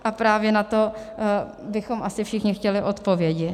A právě na to bychom asi všichni chtěli odpovědi.